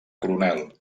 coronel